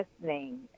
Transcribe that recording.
listening